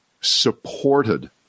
supported